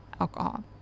alcohol